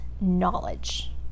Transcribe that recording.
knowledge